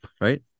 right